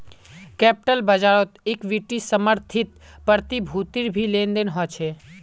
capital बाज़ारत equity समर्थित प्रतिभूतिर भी लेन देन ह छे